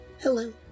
Hello